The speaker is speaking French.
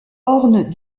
orne